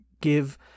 give